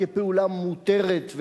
כפעולה מותרת,